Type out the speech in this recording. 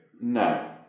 no